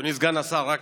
אדוני סגן השר,